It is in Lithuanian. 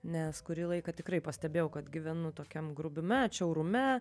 nes kurį laiką tikrai pastebėjau kad gyvenu tokiam grubiume atšiaurume